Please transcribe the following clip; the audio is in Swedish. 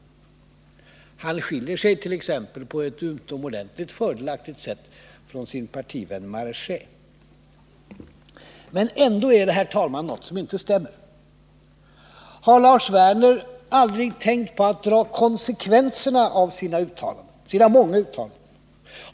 Han skiljer sig t.ex. på ett utomordentligt fördelaktigt sätt från sin partivän Georges Marchais. Men ändå är det något som inte stämmer. Har Lars Werner aldrig tänkt på att dra konsekvenserna av sina många uttalanden?